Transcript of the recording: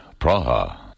Praha